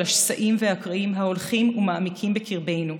השסעים והקרעים ההולכים ומעמיקים בקרבנו.